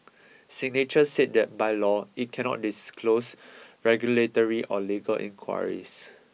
signature said that by law it cannot disclose regulatory or legal inquiries